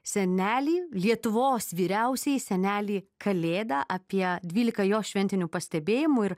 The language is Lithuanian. senelį lietuvos vyriausiąjį senelį kalėdą apie dvylika jo šventinių pastebėjimų ir